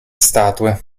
statue